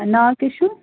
ناو کیٛاہ چھُو